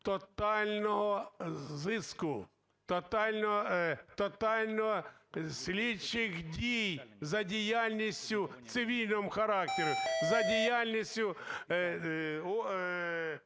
тотального зиску, тотальних слідчих дій за діяльністю цивільного характеру, за діяльністю